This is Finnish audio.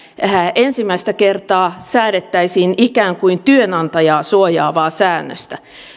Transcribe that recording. ensimmäistä kertaa säädettäisiin ikään kuin työnantajaa suojaavaa säännöstä